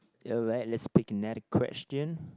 alright let's pick another question